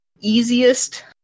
easiest